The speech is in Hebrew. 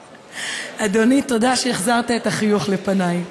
אדוני, תודה שהחזרת את החיוך לפני.